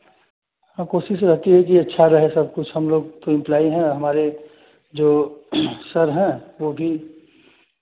हाँ कोशिश रहती है कि अच्छा रहे सब कुछ हम लोग तो इम्पलाई हैं हमारे जो सर है वह भी